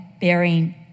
bearing